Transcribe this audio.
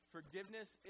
Forgiveness